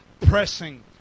pressing